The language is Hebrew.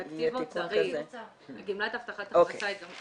זה תקציב --- גמלת הבטחת הכנסה היא תקציב -- אוקיי,